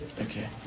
Okay